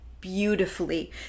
beautifully